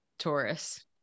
Taurus